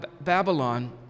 Babylon